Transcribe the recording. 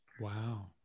Wow